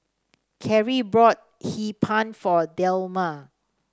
Karie bought Hee Pan for Delma